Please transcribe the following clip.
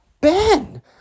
Ben